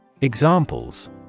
Examples